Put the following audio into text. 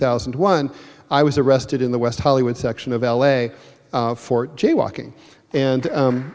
thousand and one i was arrested in the west hollywood section of l a for jaywalking and